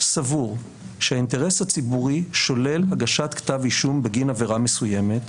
סבור שהאינטרס הציבורי שולל הגשת כתב אישום בגין עבירה מסוימת,